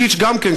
צ'יץ' גם כן,